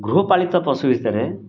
ଗୃହପାଳିତ ପଶୁ